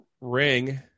ring